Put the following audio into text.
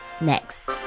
next